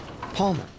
Palmer